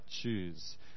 choose